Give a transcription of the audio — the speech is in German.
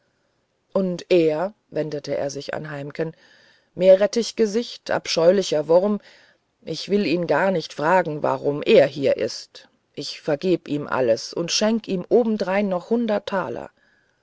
und er wendete er sich zu heimken meerrettichgesicht abscheulicher wurm ich will ihn gar nicht fragen warum er hier ist ich vergeb ihm alles und schenk ihm obendrein noch hundert taler